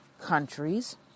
countries